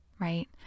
right